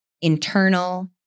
internal